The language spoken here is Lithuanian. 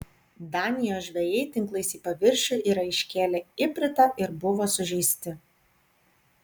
danijos žvejai tinklais į paviršių yra iškėlę ipritą ir buvo sužeisti